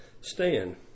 Stand